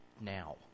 now